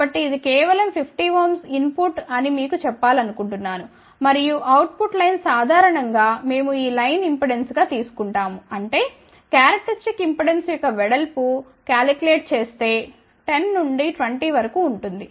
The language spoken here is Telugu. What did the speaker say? కాబట్టి ఇది కేవలం 50 Ω ఇన్ పుట్ అని మీకు చెప్పాలనుకుంటున్నాను మరియు అవుట్ పుట్ లైన్ సాధారణం గా మేము ఈ లైన్ ఇంపెడెన్స్ గా తీసుకుంటాము అంటేక్యారక్టరిస్టిక్ ఇంపెడెన్స్ యొక్క వెడల్పు క్యాలు్కులేట్ చేస్తే 10 నుండి 20 వరకు ఉంటుంది